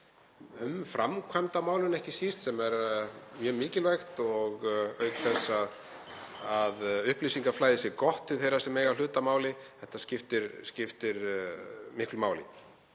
spurt, um framkvæmd á málinu ekki síst, sem er mjög mikilvæg, auk þess að upplýsingaflæði sé gott til þeirra sem eiga hlut að máli. Þetta skiptir miklu máli